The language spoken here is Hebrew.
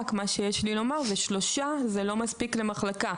רק מה שיש לי לומר זה ששלושה לא מספיק למחלקה.